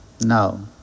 Now